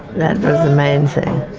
that was the main thing.